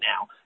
now